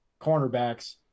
cornerbacks